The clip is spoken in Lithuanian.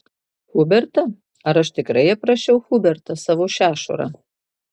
hubertą ar aš tikrai aprašiau hubertą savo šešurą